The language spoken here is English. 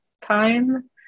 time